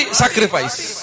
sacrifice